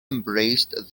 embraced